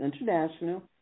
International